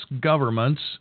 governments